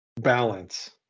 balance